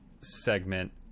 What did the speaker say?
segment